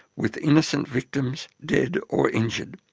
with innocent victims dead or injured.